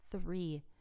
Three